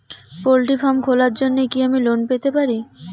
Poultry farm খোলার জন্য কি আমি লোন পেতে পারি?